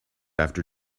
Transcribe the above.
after